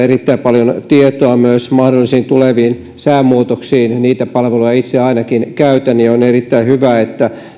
erittäin paljon tietoa myös mahdollisiin tuleviin säänmuutoksiin ja niitä palveluja itse ainakin käytän on erittäin hyvä että